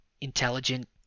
intelligent